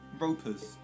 ropers